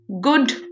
good